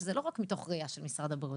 שזה לא רק מתוך ראייה של משרד הבריאות.